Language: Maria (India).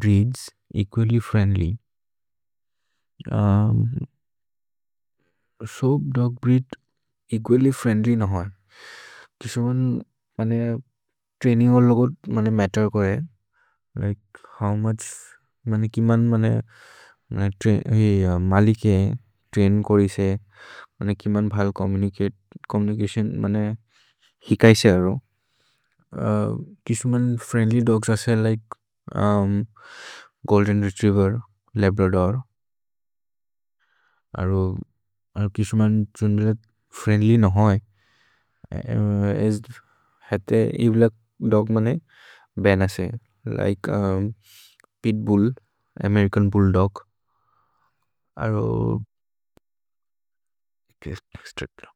Breeds equally friendly?. इकैसे अरो, किशुमन् फ्रिएन्द्ल्य् दोग्स् असे लिके गोल्देन् रेत्रिएवेर्, लब्रदोर्। अरो किशुमन् छुन्दिल फ्रिएन्द्ल्य् नहोय्। हेते एव्लक् दोग् मने बेने असे। Like pit bull, American bulldog. अरो। इकैसे स्त्रिप् लह्।